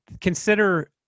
consider